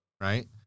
right